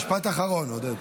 משפט אחרון, עודד.